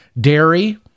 Dairy